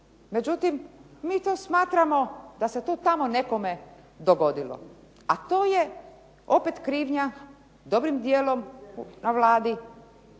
Međutim, mi to smatramo da se to tamo nekome dogodilo, a to je opet krivnja dobrim dijelom na Vladi